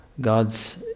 God's